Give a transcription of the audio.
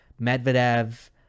Medvedev